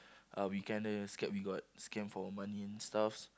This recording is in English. uh we kinda scared we got scammed for money and stuffs